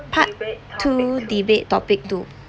part two debate topic two